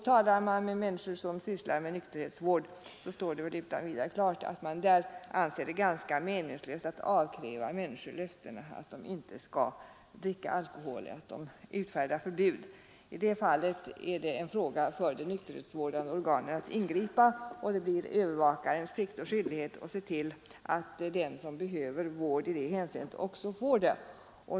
Talar man med människor som sysslar med nykterhetsvård står det utan vidare klart att de anser det vara ganska meningslöst att avkräva människor löften eller att utfärda förbud när det gäller att inte dricka alkohol. Där är det de nykterhetsvårdande organen som skall ingripa, och det blir övervakarens plikt och skyldighet att se till att den som behöver vård i detta hänseende också får det.